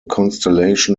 constellation